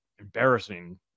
embarrassing